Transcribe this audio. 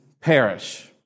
perish